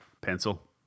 Pencil